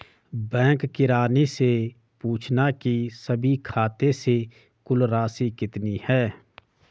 bank किरानी से पूछना की सभी खाते से कुल राशि कितनी है